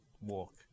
walk